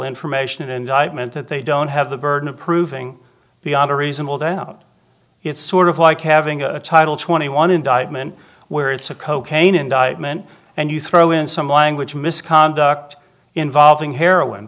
information an indictment that they don't have the burden of proving beyond a reasonable doubt it's sort of like having a title twenty one indictment where it's a cocaine indictment and you throw in some language misconduct involving heroin